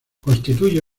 constituye